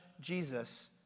Jesus